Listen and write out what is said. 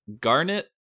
Garnet